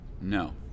No